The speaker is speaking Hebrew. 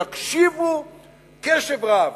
יקשיבו לו קשב רב,